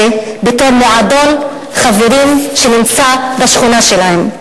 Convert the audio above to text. בתור מועדון חברים שנמצא בשכונה שלהם.